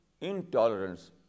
intolerance